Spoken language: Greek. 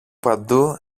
παντού